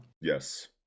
yes